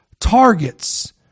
targets